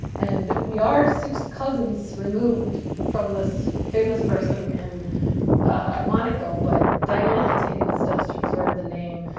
and we are sixth cousins removed from this famous person in monaco. but diana had taken the steps to preserve the name.